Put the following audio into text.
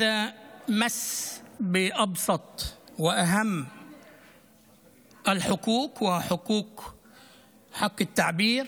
זו פגיעה בזכויות הכי בסיסיות והכי חשובות,